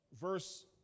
verse